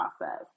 process